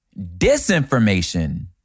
Disinformation